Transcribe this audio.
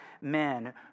men